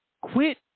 Quit